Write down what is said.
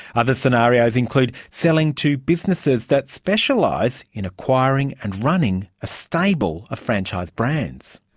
other scenarios include selling to businesses that specialise in acquiring and running a stable ah franchise brands.